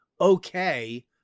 okay